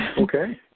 Okay